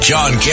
John